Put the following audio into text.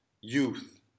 youth